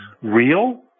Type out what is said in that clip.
real